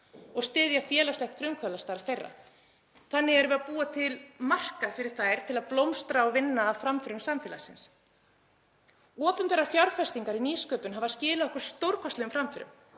og styðja félagslegt frumkvöðlastarf þeirra. Þannig erum við að búa til markað fyrir þær til að blómstra og vinna að framförum samfélagsins. Opinberar fjárfestingar í nýsköpun hafa skilað okkur stórkostlegum framförum,